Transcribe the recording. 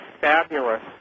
fabulous